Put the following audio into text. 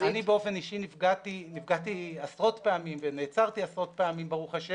אני באופן אישי נפגעתי עשרות פעמים ונעצרתי עשרות פעמים ב"ה,